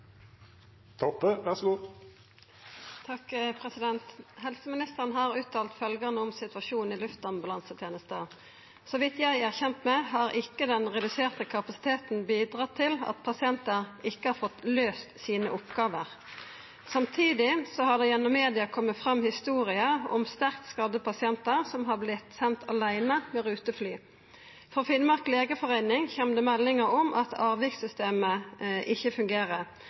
har uttalt følgjande om situasjonen i luftambulansetenesta: «Så vidt jeg er kjent med, har ikke den reduserte kapasiteten bidratt til at pasienter ikke har fått løst sine oppgaver.» Samtidig har det gjennom media komme fram historier om sterkt skadde pasientar som har blitt sende aleine med rutefly. Frå Finnmark legeforening kjem det meldingar om at avvikssystemet ikkje fungerer.